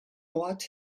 ort